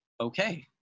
Okay